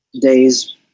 days